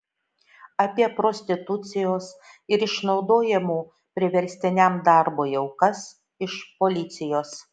apie prostitucijos ir išnaudojimo priverstiniam darbui aukas iš policijos